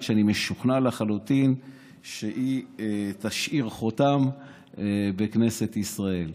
שאני משוכנע לחלוטין שהיא תשאיר חותם על כנסת ישראל.